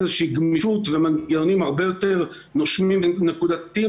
איזושהי גמישות ומנגנונים הרבה יותר נושמים ונקודתיים,